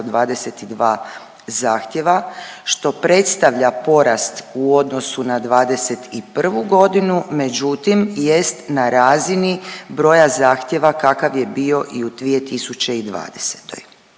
zahtjeva što predstavlja porast u odnosu na '21. godinu međutim jest na razini broja zahtjeva kakav je bio i u 2020.